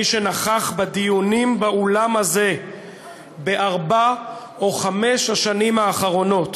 מי שנכח בדיונים באולם הזה בארבע או חמש השנים האחרונות,